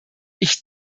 ich